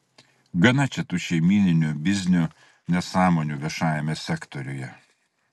gana čia tų šeimyninių biznių nesąmonių viešajame sektoriuje